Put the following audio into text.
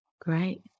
Great